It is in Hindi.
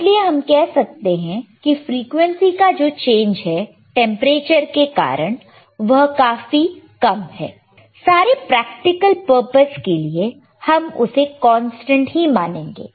इसलिए हम कह सकते हैं फ्रीक्वेंसी का जो चेंज है टेंपरेचर के कारण वह काफी कम है सारे प्रैक्टिकल परपस के लिए हम उसे कांस्टेंट ही मानेंगे